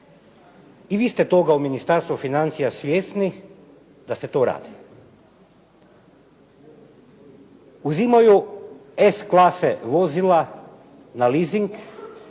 i vi ste toga u Ministarstvu financija svjesni da se to radi. Uzimaju S klase vozila na leasing,